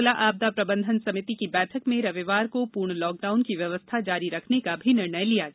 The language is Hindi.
जिला आपदा प्रबंधन समिति की बैठक में रविवार को पूर्ण लॉकडाउन की व्यवस्था जारी रखने का भी निर्णय लिया गया